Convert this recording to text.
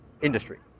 industry